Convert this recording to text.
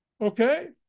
Okay